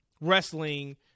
wrestling